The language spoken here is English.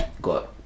Got